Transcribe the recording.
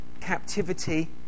captivity